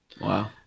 Wow